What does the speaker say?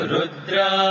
Rudra